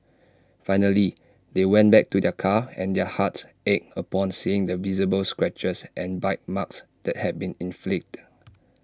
finally they went back to their car and their hearts ached upon seeing the visible scratches and bite marks that had been inflicted